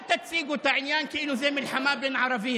אל תציגו את העניין כאילו זה מלחמה בין ערבים,